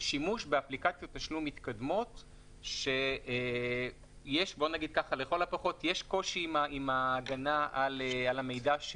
שימוש באפליקציות תשלום מתקדמות שיש לכל הפחות קושי עם ההגנה על המידע,